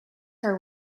her